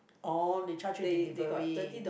orh they charge you delivery